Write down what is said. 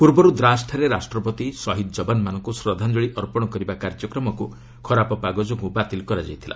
ପୂର୍ବରୁ ଦ୍ରାସ୍ଠାରେ ରାଷ୍ଟ୍ରପତି ସହିଦ ଜବାନମାନଙ୍କୁ ଶ୍ରଦ୍ଧାଞ୍ଚଳି ଅର୍ପଣ କରିବା କାର୍ଯ୍ୟକ୍ରମକୁ ଖରାପ ପାଗ ଯୋଗୁଁ ବାତିଲ କରାଯାଇଥିଲା